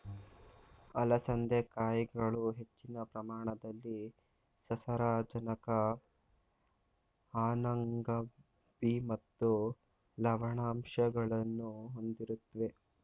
ಅಲಸಂದೆ ಕಾಯಿಗಳು ಹೆಚ್ಚಿನ ಪ್ರಮಾಣದಲ್ಲಿ ಸಸಾರಜನಕ ಅನ್ನಾಂಗ ಬಿ ಮತ್ತು ಲವಣಾಂಶಗಳನ್ನು ಹೊಂದಿರುತ್ವೆ